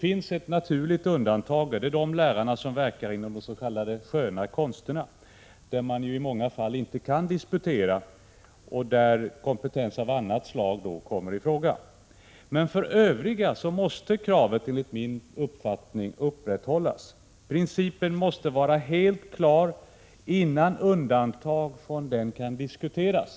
1986/87:90 undantag, nämligen de lärare som verkar inom de s.k. sköna konsterna och 19 mars 1987 som i många fall inte kan disputera, varför kompetens av annat slag kommer Om presentationen för fråga. Men för övriga måste kravet enligt min uppfattning upprätthållas. jlså G Principen måste vara helt klar, innan undantag från den kan diskuteras.